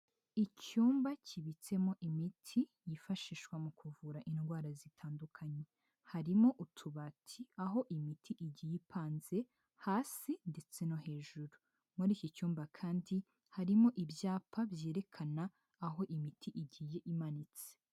Icyumba kibitsemo imiti yifashishwa mu kuvura indwara zitandukanye, harimo utubati aho imiti igiye ipanze hasi ndetse no hejuru, muri iki cyumba kandi harimo ibyapa byerekana aho imiti igiye imanitse.